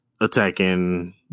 attacking